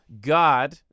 God